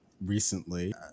recently